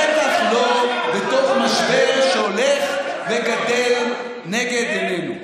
בטח לא במשבר שהולך וגדל לנגד עינינו.